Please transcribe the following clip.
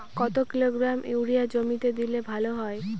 কত kilogram urea জমিতে দিলে ভালো হয়?